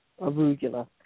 arugula